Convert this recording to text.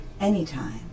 anytime